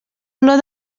olor